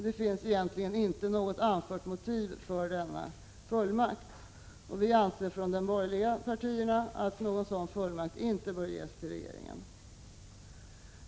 Det finns egentligen inte något anfört motiv för denna fullmakt, och vi anser från de borgerliga partierna att någon sådan fullmakt inte bör ges till regeringen.